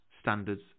standards